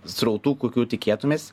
srautų kokių tikėtumeis